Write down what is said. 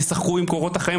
סחרו עם קורות החיים.